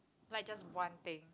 like just one thing